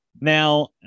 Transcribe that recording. Now